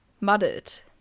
muddled